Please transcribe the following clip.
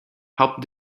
help